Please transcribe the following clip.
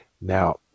Now